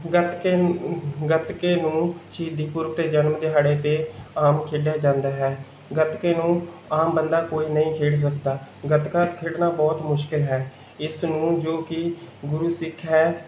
ਗੱਤਕੇ ਗੱਤਕੇ ਨੂੰ ਸ਼ਹੀਦੀ ਪੁਰਬ 'ਤੇ ਜਨਮ ਦਿਹਾੜੇ 'ਤੇ ਆਮ ਖੇਡਿਆ ਜਾਂਦਾ ਹੈ ਗੱਤਕੇ ਨੂੰ ਆਮ ਬੰਦਾ ਕੋਈ ਨਹੀਂ ਖੇਡ ਸਕਦਾ ਗੱਤਕਾ ਖੇਡਣਾ ਬਹੁਤ ਮੁਸ਼ਕਿਲ ਹੈ ਇਸ ਨੂੰ ਜੋ ਕਿ ਗੁਰੂ ਸਿੱਖ ਹੈ